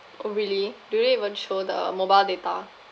oh really do they even show the mobile data